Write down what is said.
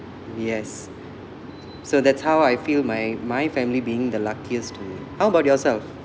yes so that's how I feel my my family being the luckiest to me how about yourself